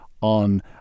on